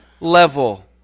level